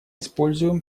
используем